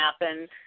happen